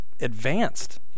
advanced